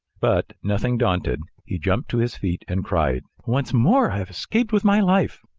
but, nothing daunted, he jumped to his feet and cried once more i have escaped with my life!